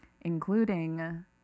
including